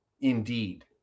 Indeed